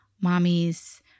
mommy's